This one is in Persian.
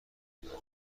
بیاره